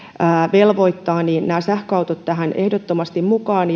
velvoittavat ja halusimme nämä sähköautot tähän ehdottomasti mukaan